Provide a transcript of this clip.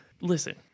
Listen